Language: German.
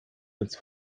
ins